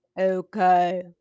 okay